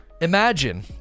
imagine